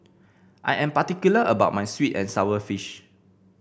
I am particular about my sweet and sour fish